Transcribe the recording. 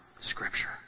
scripture